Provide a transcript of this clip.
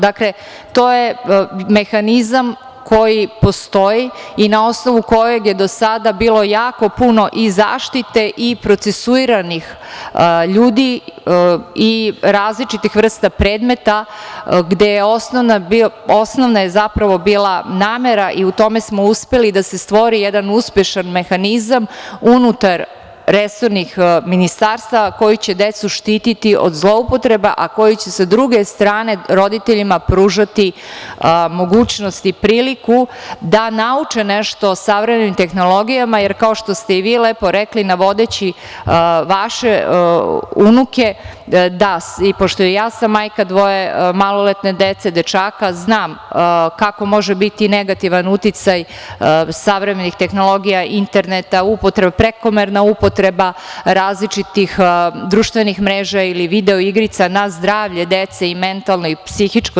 Dakle, to je mehanizam koji postoji i na osnovu kojeg je do sada bilo jako puno i zaštite i procesuiranih ljudi i različitih vrsta predmeta gde je osnovna namera bila, i u tome smo uspeli, da se stvori jedan uspešan mehanizam unutar resornih ministarstava koji će decu štititi od zloupotreba, a koji će, sa druge strane, roditeljima pružati mogućnost i priliku da nauče nešto o savremenim tehnologijama, jer kao što ste i vi lepo rekli, navodeći vaš unuke, da, pošto sam i ja majka dvoje maloletne dece, dečaka, znam kako može biti negativan uticaj savremenih tehnologija, interneta, prekomerna upotreba različitih društvenih mreža ili video igrica na zdravlje dece, mentalno i psihičko.